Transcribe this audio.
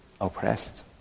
oppressed